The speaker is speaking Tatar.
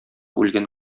үлгән